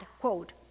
quote